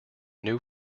new